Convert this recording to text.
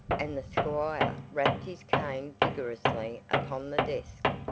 and the squire rapped his cane vigorously upon the desk,